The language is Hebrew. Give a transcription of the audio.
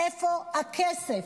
איפה הכסף?